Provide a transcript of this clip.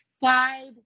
five